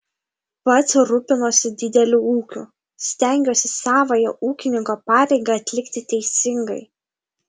pats rūpinuosi dideliu ūkiu stengiuosi savąją ūkininko pareigą atlikti teisingai